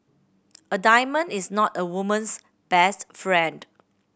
a diamond is not a woman's best friend